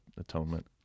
atonement